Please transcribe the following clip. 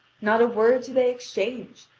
not a word do they exchange,